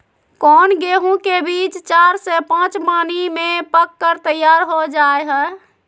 कौन गेंहू के बीज चार से पाँच पानी में पक कर तैयार हो जा हाय?